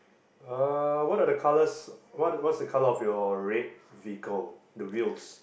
uh what are the colours what what's the colour of your red vehicle the wheels